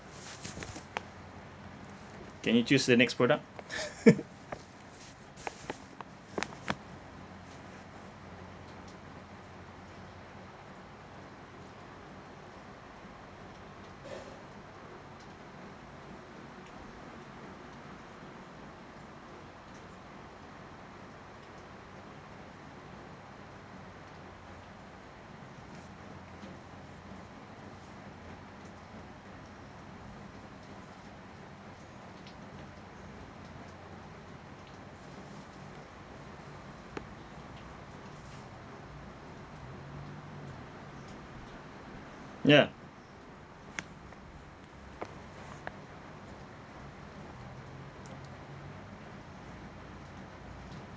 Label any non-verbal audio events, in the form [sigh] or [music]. can you choose the next product [laughs] ya